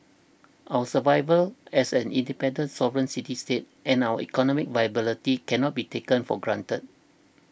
our survival as an independent sovereign city state and our economic viability cannot be taken for granted